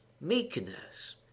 meekness